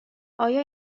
آیا